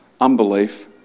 unbelief